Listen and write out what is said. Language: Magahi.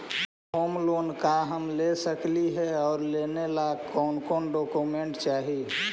होम लोन का हम ले सकली हे, और लेने ला कोन कोन डोकोमेंट चाही?